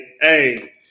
hey